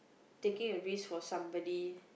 taking a risk for somebody